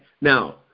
Now